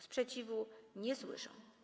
Sprzeciwu nie słyszę.